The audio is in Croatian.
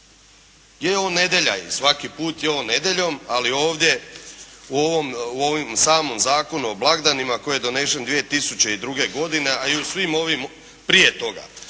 Je on nedjelja i svaki put je on nedjeljom, ali ovdje u ovom samom Zakonu o blagdanima koji je donesen 2002. godine, a i u svim ovim prije toga.